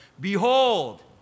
behold